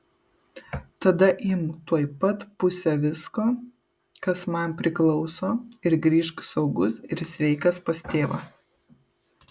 tada imk tuoj pat pusę visko kas man priklauso ir grįžk saugus ir sveikas pas tėvą